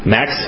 Max